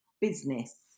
business